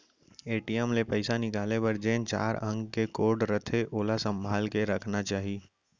ATM ले पइसा निकाले बर जेन चार अंक के कोड रथे ओला संभाल के रखना चाही